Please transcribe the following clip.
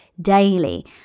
daily